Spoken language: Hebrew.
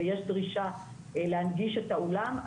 ויש דרישה להנגיש את האולם,